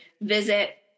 visit